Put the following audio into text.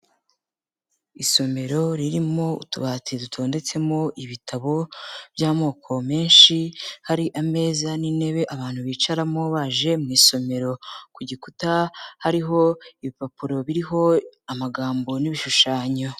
Isomero ririmo utubati dutondetsemo ibitabo by'amoko menshi, hari ameza n'intebe abantu bicaramo baje mu isomero, ku gikuta hariho ibipapuro biriho amagambo n'ibishushanyo.